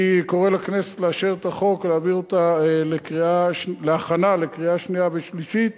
אני קורא לכנסת לאשר את החוק ולהעביר אותו להכנה לקריאה שנייה ושלישית,